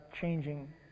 changing